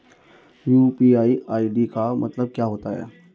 UPI ID का मतलब क्या होता है?